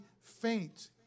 faint